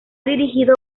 dirigido